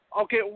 Okay